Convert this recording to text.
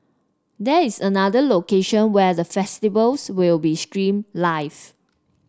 there is another location where the festivities will be streamed live